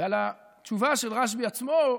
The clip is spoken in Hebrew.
ועל התשובה של רשב"י עצמו,